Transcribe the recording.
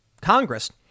Congress